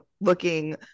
looking